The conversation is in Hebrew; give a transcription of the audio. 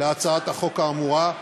להצעת החוק האמורה,